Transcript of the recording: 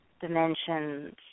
dimensions